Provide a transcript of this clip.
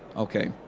okay.